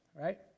right